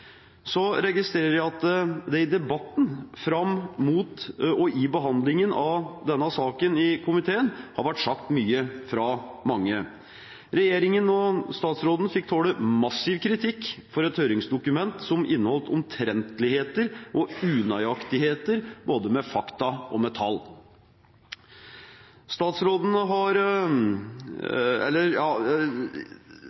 Så registrerer jeg at det i debatten fram mot og i behandlingen av denne saken i komiteen har vært sagt mye fra mange. Regjeringen og statsråden fikk tåle massiv kritikk for et høringsdokument som inneholdt omtrentligheter og unøyaktigheter med både fakta og tall. Vi kan videre registrere at regjeringspartiene ikke har